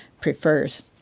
prefers